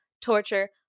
torture